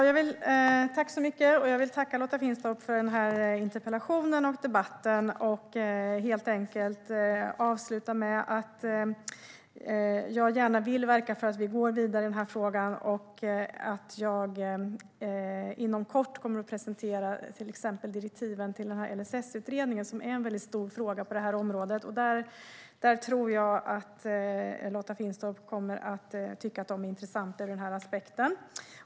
Fru ålderspresident! Jag vill tacka Lotta Finstorp för den här interpellationen och debatten. Jag vill avsluta med att jag gärna vill verka för att vi kommer vidare i den här frågan. Inom kort kommer jag att presentera direktiven till LSS-utredningen som är en väldigt stor fråga på det här området. Lotta Finstorp kommer nog att tycka att de är intressanta ur den här aspekten.